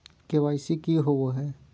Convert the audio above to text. KYC की होबो है?